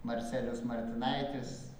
marcelijus martinaitis